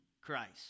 Christ